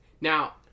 Now